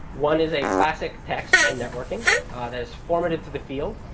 one is a classic text in networking that is formative to the field,